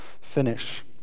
finish